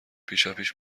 پیشاپیش